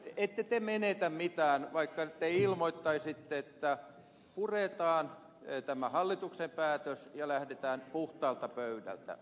ette te menetä mitään vaikka te ilmoittaisitte että puretaan tämä hallituksen päätös ja lähdetään puhtaalta pöydältä